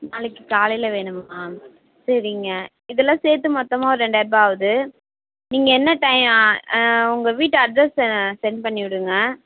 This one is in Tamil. நாளைக்கு காலையில் வேணுமா சரிங்க இதெல்லாம் சேர்த்து மொத்தமாக ஒரு ரெண்டாயரரூபா ஆகுது நீங்கள் என்ன டைம் உங்கள் வீட்டு அட்ரெஸ் செண்ட் பண்ணிவிடுங்க